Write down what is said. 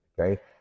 Okay